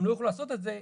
הם לא יוכלו לעשות את זה,